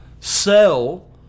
sell